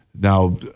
Now